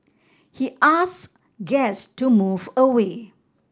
he asked guests to move away